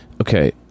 Okay